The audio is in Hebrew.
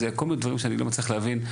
כל מני דברים שאני לא מצליח להבין.